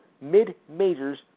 mid-majors